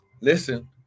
listen